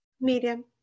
Medium